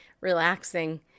relaxing